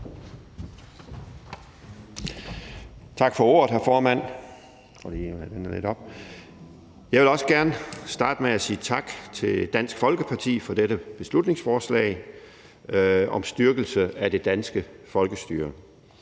Tak for ordet, hr. formand. Jeg vil også gerne starte med at sige tak til Dansk Folkeparti for dette beslutningsforslag om styrkelse af det danske folkestyre.